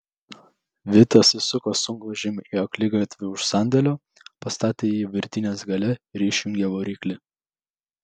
vitas įsuko sunkvežimį į akligatvį už sandėlio pastatė jį virtinės gale ir išjungė variklį